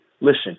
listen